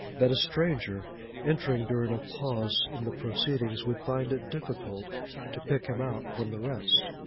that a stranger entering during a pause in the proceedings would find it difficult to pick him out from the rest.